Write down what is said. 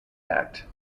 act